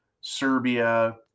Serbia